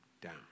down